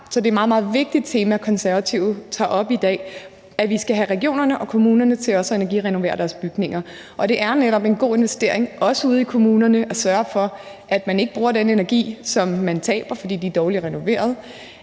er et meget, meget vigtigt tema, Konservative tager op i dag, nemlig at vi skal have regionerne og kommunerne til også at energirenovere deres bygninger. Det er netop en god investering, også ude i kommunerne, at sørge for, at man ikke bruger energi, som man taber, fordi der er dårligt renoveret.